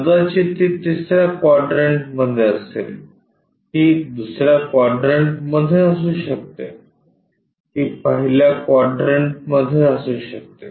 कदाचित ती तिसर्या क्वाड्रंटमध्ये असेल ती दुसर्या क्वाड्रंटमध्ये असू शकते ती पहिल्या क्वाड्रंटमध्ये असू शकते